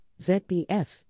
ZBF